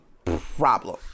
problem